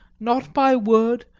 not by word,